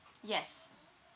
yes